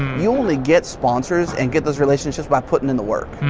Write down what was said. you only get sponsors and get those relationships by putting in the work.